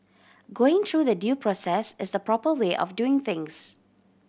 going through the due process is the proper way of doing things